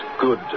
good